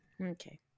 Okay